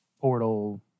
portal